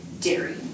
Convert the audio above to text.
dairy